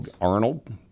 Arnold